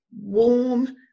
warm